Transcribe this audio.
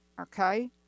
Okay